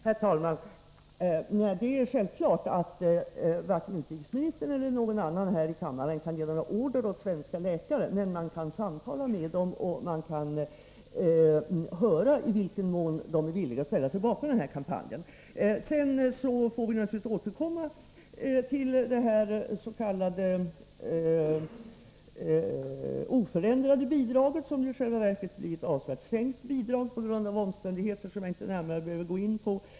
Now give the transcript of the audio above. Herr talman! Det är självklart att varken utrikesministern eller någon annan här i kammaren kan ge order åt svenska läkare, men man kan samtala med dem och höra efter i vilken mån de är villiga att ställa sig bakom denna kampanj. Vi får naturligtvis återkomma till det s.k. oförändrade bidraget, som — på grund av omständigheter som jag inte närmare behöver gå in på — i själva verket blir ett avsevärt sänkt bidrag.